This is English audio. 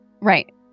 Right